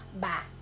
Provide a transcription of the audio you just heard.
bye